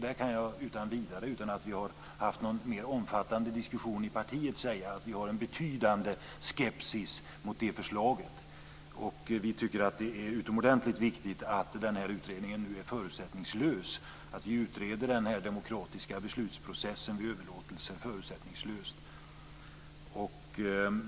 Där kan jag utan vidare säga, utan att vi har haft någon mer omfattande diskussion i partiet, att vi har en betydande skepsis mot det förslaget. Vi tycker att det är utomordentligt viktigt att man utreder den demokratiska beslutsprocessen vid överlåtelse förutsättningslöst.